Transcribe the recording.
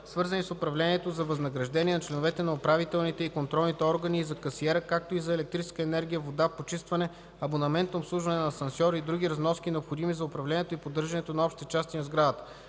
свързани с управлението, за възнаграждения на членовете на управителните и контролните органи и за касиера, както и за електрическа енергия, вода, почистване, абонаментно обслужване на асансьор и други разноски, необходими за управлението и поддържането на общите части на сградата.